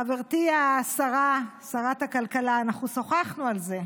חברתי השרה, שרת הכלכלה, אנחנו שוחחנו על זה.